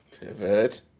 Pivot